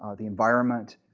ah the environment.